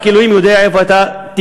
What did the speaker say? רק אלוהים יודע איפה תימצא,